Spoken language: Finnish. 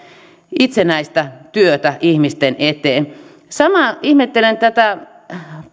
itsenäistä työtä ihmisten eteen samoin ihmettelen